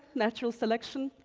natural selection,